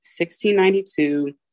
1692